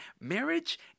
Marriage